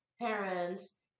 parents